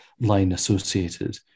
line-associated